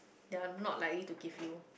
they're not likely to give you